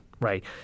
right